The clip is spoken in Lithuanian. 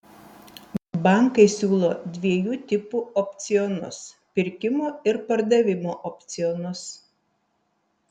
bankai siūlo dviejų tipų opcionus pirkimo ir pardavimo opcionus